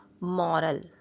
moral